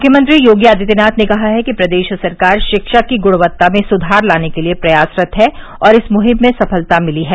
मुख्यमंत्री योगी आदित्यनाथ ने कहा है कि प्रदेश सरकार शिक्षा की गुणवत्ता में सुधार लाने के लिए प्रयासरत है और इस मुहिम में सफलता मिली है